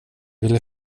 ville